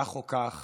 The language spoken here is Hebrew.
כך או כך